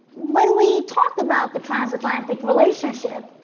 when we talk about the transatlantic relationship,